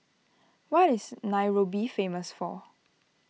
what is Nairobi famous for